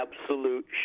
absolute